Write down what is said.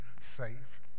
safe